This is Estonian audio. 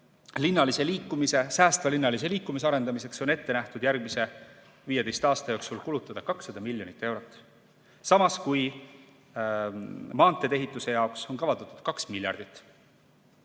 linnalise liikumise, säästva linnalise liikumise arendamiseks on ette nähtud järgmise 15 aasta jooksul kulutada 200 miljonit eurot, samas maanteede ehituse jaoks on kavandatud 2 miljardit.